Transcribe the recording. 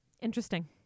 interesting